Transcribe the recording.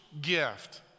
gift